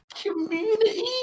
Community